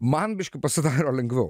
man biškį pasidaro lengviau